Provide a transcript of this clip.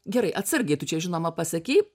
gerai atsargiai tu čia žinoma pasakei